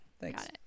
Thanks